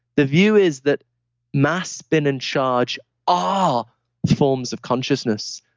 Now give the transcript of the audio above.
the view is that mass spin and charge are forms of consciousness.